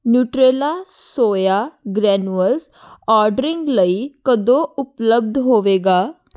Nutrela soya granules ordering ਲਈ ਕਦੋਂ ਉਪਲੱਬਧ ਹੋਵੇਗਾ